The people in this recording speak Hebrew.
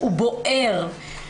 הוא בוער.